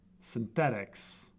synthetics